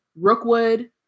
Rookwood